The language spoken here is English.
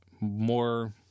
More